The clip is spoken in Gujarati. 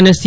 અને સી